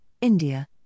India